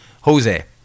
Jose